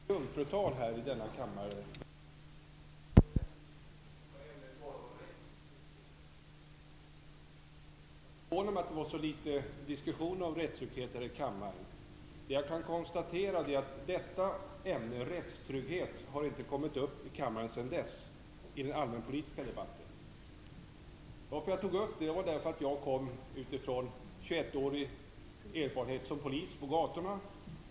Herr talman! Jag skall till att börja med återkomma till vad jag sade i mitt jungfrutal i denna kammare. Ämnet var då rättstrygghet. Jag förvånade mig över att det var så litet diskussion om rättstrygghet här i kammaren. Jag kan nu konstatera att detta ämne inte har varit uppe i den allmänpolitiska debatten i kammaren sedan dess. Anledningen till att jag tog upp det var att jag kom från en 21-årig erfarenhet som polis på gatorna.